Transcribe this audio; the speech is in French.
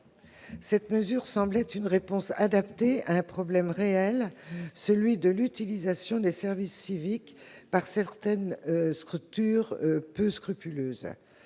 cette mesure semble être une réponse adaptée à un problème réel, celui de l'utilisation des services civiques par certaines structures peu scrupuleuses.